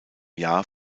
jahr